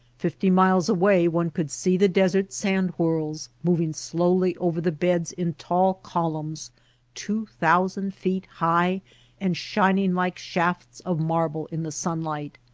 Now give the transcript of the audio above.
fifty miles away one could see the desert sand whirls moving slowly over the beds in tall columns two thousand feet high and shining like shafts of marble in the sunlight.